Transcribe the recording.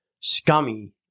scummy